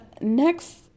Next